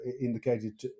indicated